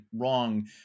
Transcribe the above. wrong